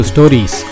Stories